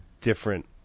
different